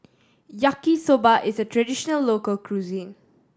Yaki Soba is a traditional local cuisine